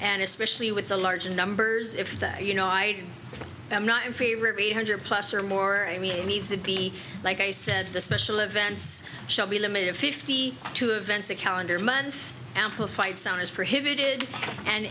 and especially with the large numbers if the you know i am not in favor of eight hundred plus or more i mean it needs to be like i said the special events shall be limited fifty two events a calendar month amplified sound is prohibited and